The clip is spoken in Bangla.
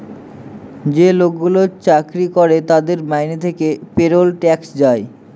যে লোকগুলো চাকরি করে তাদের মাইনে থেকে পেরোল ট্যাক্স যায়